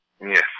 Yes